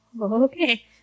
okay